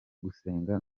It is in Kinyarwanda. gusenga